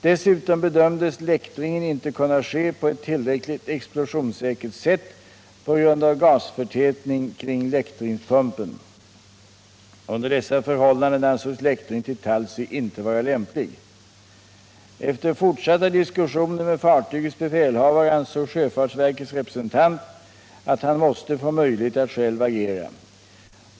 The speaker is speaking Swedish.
Dessutom bedömdes läktringen inte kunna ske på ett tillräckligt explosionssäkert sätt på grund av gasförtätning kring läktringspumpen. Under dessa förhållanden ansågs läktring till Talsy inte vara lämplig. Efter fortsatta diskussioner med fartygets befälhavare ansåg sjöfartsverkets representant att han måste få möjlighet att själv agera.